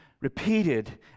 repeated